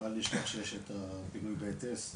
בל נשכח שיש את הפינוי והיטס,